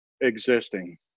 existing